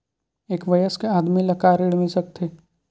एक वयस्क आदमी ल का ऋण मिल सकथे?